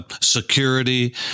security